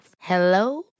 Hello